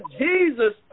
Jesus